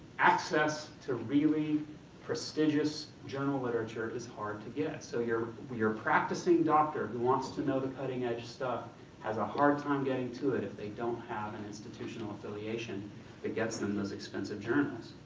access to really prestigious journal literature is hard to get. so your your practicing doctor wants to know the cutting edge stuff has a hard time getting to it if they don't have an and institutional affiliation that gets them those expensive journals.